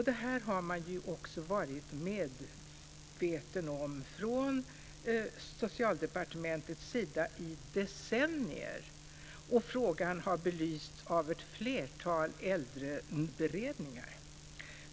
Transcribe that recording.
Det här har man också varit medveten om från Socialdepartementets sida i decennier. Frågan har också belysts av ett flertal äldreberedningar.